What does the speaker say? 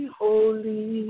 holy